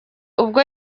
ubwo